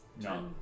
No